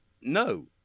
no